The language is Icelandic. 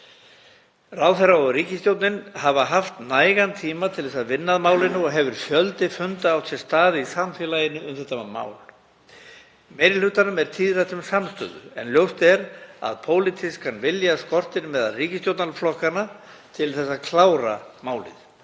Ráðherra og ríkisstjórnin hafa haft nægan tíma til þess að vinna að málinu og hefur fjöldi funda átt sér stað í samfélaginu um þetta mál. Meiri hlutanum er tíðrætt um samstöðu en ljóst er að pólitískan vilja skortir meðal ríkisstjórnarflokkanna til þess að klára málið.